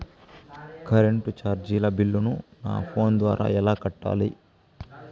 Current చార్జీల బిల్లును, నా ఫోను ద్వారా ఎలా కట్టాలి?